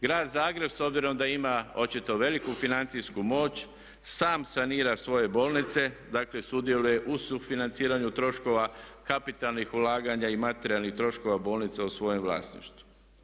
Grad Zagreb s obzirom da ima očito veliku financijsku moć sam sanira svoje bolnice, dakle sudjeluje u sufinanciranju troškova kapitalnih ulaganja i materijalnih troškova bolnica u svojem vlasništvu.